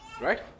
right